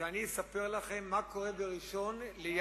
צריך להביע את תודת הכנסת ליושב-ראש הכנסת על כך שהוא